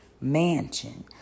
mansion